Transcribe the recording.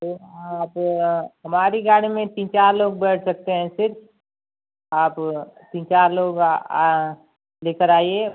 तो आप हमारी गाड़ी में तीन चार लोग बैठ सकते हैं सिर्फ आप तीन चार लोग लेकर आइए